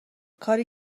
کاری